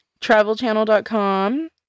travelchannel.com